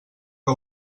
que